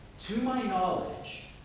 to my knowledge,